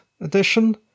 edition